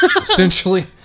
Essentially